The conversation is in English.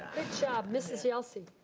job. mrs. yelsey.